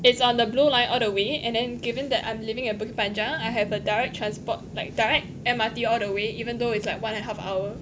it's on the blue line all the way and then given that I'm living at bukit panjang I have a direct transport like direct M_R_T all the way even though it's like one and a half hour